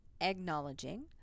acknowledging